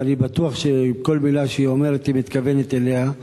ואני בטוח שכל מלה שהיא אומרת היא מתכוונת אליה,